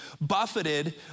buffeted